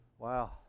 Wow